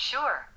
Sure